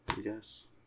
Yes